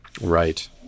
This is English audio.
Right